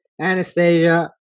anastasia